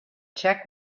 check